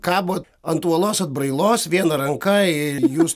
kabot ant uolos atbrailos viena ranka ir jūs